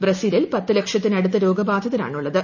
ബ്രസീലിൽ പത്ത് ലക്ഷത്തിനടുത്ത് രോഗബാധിതരാണുള്ളത്